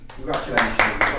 Congratulations